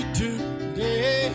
today